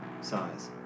size